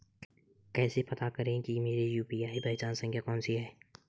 कैसे पता करें कि मेरी यू.पी.आई पहचान संख्या कौनसी है?